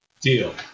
deal